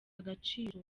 agaciro